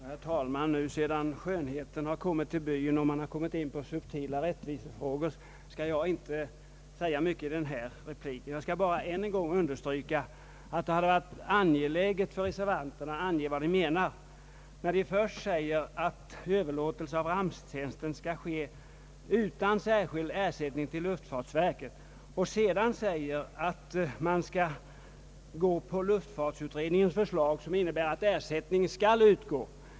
Herr talman! Sedan skönheten nu har kommit till byn och man har kommit in på ganska subtila rättvisefrågor, skall jag inte säga mycket i denna replik. Jag skall bara än en gång understryka att det borde ha varit angeläget för reservanterna att ange vad de menar, när de först säger att överlåtelse av ramptjänsten skall ske utan särskild ersättning till luftfartsverket och sedan säger att man skall gå på luftfartsutredningens förslag, som innebär att ersättning skall utgå.